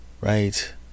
right